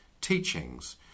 teachings